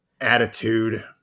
attitude